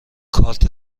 کارت